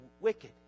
wicked